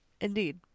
Indeed